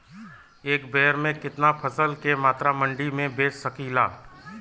एक बेर में कितना फसल के मात्रा मंडी में बेच सकीला?